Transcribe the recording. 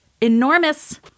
enormous